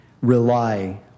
rely